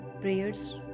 prayers